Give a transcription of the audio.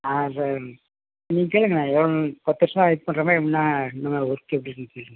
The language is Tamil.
ஆ சார் நீங்கள் கேளுங்களேன் எவ்வளோ பத்து வர்ஷமாக வெயிட் பண்ணுறமே என்ன இந்த மாதிரி ஒர்க் எப்படி இருக்குன்னு கேளுங்கள்